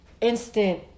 instant